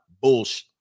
bullshit